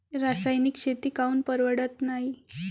रासायनिक शेती काऊन परवडत नाई?